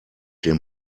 dem